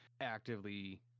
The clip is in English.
actively